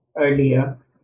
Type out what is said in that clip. earlier